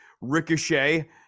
Ricochet